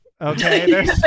Okay